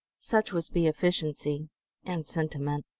such was bee efficiency and sentiment.